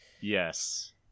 Yes